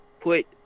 put –